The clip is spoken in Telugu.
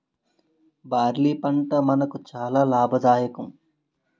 బార్లీ పంట మనకు చాలా లాభదాయకం